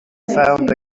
found